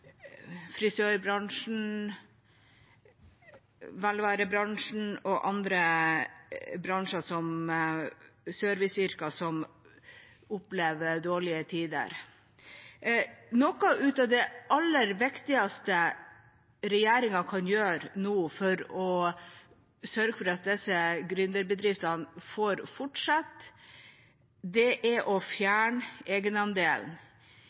frisørbransjen og velværebransjen og i andre serviceyrker der man opplever dårlige tider. Noe av det aller viktigste regjeringa nå kan gjøre for å sørge for at disse gründerbedriftene får fortsette, er å fjerne egenandelen